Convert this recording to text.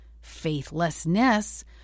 Faithlessness